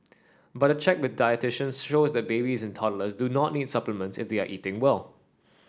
but a check with dietitians shows that babies and toddlers do not need supplements if we are eating well